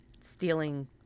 stealing